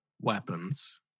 weapons